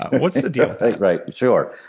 what's the deal? right, sure.